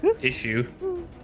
issue